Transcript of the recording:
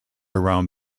around